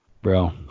bro